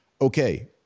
okay